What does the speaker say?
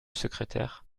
secrétaire